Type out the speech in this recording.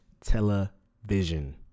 television